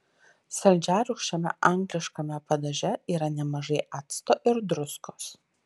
saldžiarūgščiame angliškame padaže yra nemažai acto ir druskos